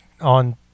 on